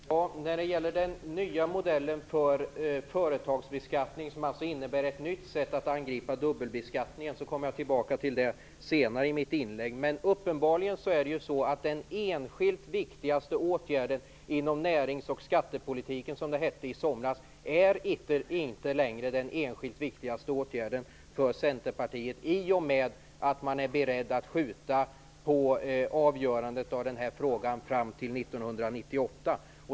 Fru talman! När det gäller den nya modellen för företagsbeskattning, som alltså innebär ett nytt sätt att angripa dubbelbeskattningen, kommer jag tillbaka till det i mitt inlägg senare. Uppenbarligen är det inte längre den enskilt viktigaste åtgärden inom näringsoch skattepolitiken för Centerpartiet, som det hette i somras, i och med att man är beredd att skjuta på avgörandet av den här frågan fram till 1998.